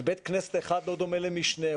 ובית כנסת אחד לא דומה למשנהו,